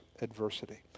adversity